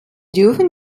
dürfen